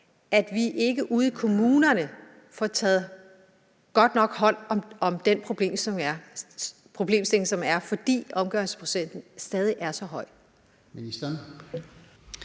at vi ikke ude i kommunerne får taget godt nok hånd om den problemstilling, som der er, fordi omgørelsesprocenten stadig er så høj.